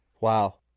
Wow